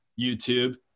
YouTube